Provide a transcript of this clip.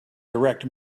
direct